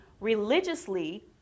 religiously